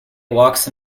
walks